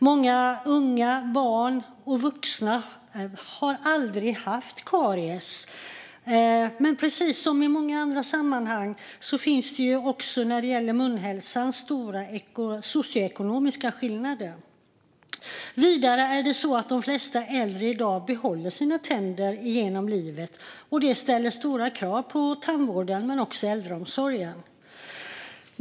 Många unga, barn och vuxna har aldrig haft karies, men precis som i andra sammanhang finns det också när det gäller munhälsan stora socioekonomiska skillnader. Vidare behåller de flesta äldre i dag sina tänder genom livet, och det ställer stora krav på tandvården men också på äldreomsorgen.